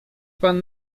pan